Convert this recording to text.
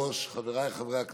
רעיונות של